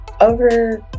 over